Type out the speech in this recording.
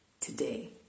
today